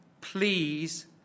please